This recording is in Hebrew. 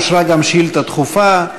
אושרה גם שאילתה דחופה,